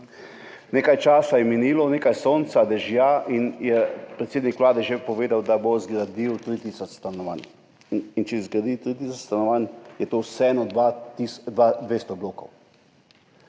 Nekaj časa je minilo, nekaj sonca, dežja in je predsednik vlade že povedal, da bo zgradil 3 tisoč stanovanj in če zgradi 3 tisoč stanovanj, je to vseeno dvesto blokov.